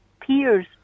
peers